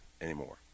anymore